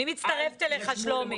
אני מצטרפת אליך חד-משמעית.